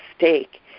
mistake